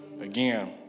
again